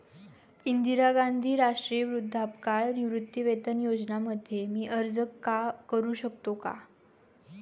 इंदिरा गांधी राष्ट्रीय वृद्धापकाळ निवृत्तीवेतन योजना मध्ये मी अर्ज का करू शकतो का?